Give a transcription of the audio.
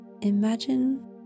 imagine